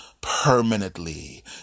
permanently